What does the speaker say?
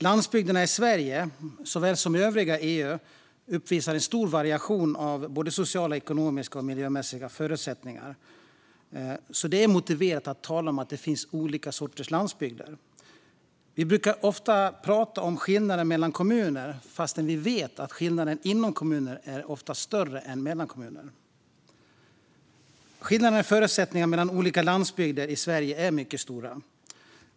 Landsbygderna i Sverige såväl som i övriga EU uppvisar en stor variation av både sociala, ekonomiska och miljömässiga förutsättningar. Därför är det motiverat att tala om olika sorters landsbygder. Vi brukar ofta prata om skillnader mellan kommuner, fastän vi vet att skillnaden inom kommuner ofta är större än mellan kommuner. Skillnaderna i förutsättningar mellan olika landsbygder i Sverige är mycket stora.